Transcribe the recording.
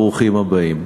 ברוכים הבאים.